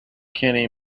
kenny